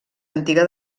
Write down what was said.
antiga